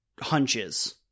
hunches